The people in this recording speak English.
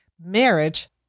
marriage